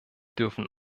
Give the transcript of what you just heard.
dürfen